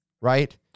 Right